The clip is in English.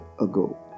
ago